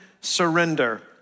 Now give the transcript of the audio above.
surrender